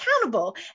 accountable